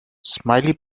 smiley